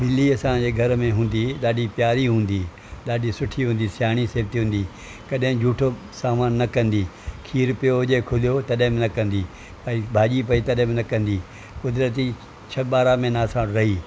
ॿिली असांजे घर में हूंदी हुई ॾाढी प्यारी हूंदी हुई ॾाढी सुठी हूंदी हुई सयाणी सेठ हूंदी हुई कॾहिं झूठो सामान न कंदी खीर पियो हुजे खुलो तॾहिं न कंदी भई भाॼी पई तॾहिं बि न कंदी कुदरती छह ॿारहं महिना असां वटि रही